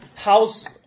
house